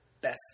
best